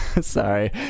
sorry